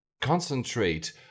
concentrate